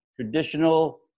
traditional